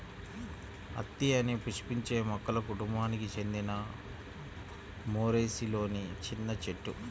అత్తి అనేది పుష్పించే మొక్కల కుటుంబానికి చెందిన మోరేసిలోని చిన్న చెట్టు